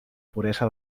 puresa